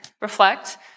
reflect